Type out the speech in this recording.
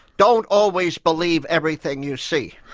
don't always believe everything you see.